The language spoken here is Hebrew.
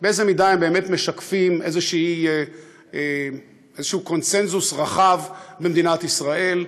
באיזו מידה הם באמת משקפים איזשהו קונסנזוס רחב במדינת ישראל,